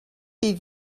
des